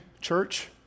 church